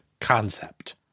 concept